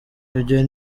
ibyo